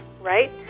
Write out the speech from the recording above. right